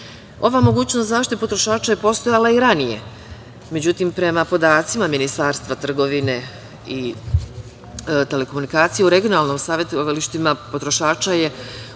Ova mogućnost zaštite potrošača je postojala i ranije, međutim, prema podacima Ministarstva trgovine i telekomunikacija, u regionalnom savetovalištima potrošača je u